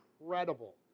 incredible